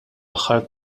aħħar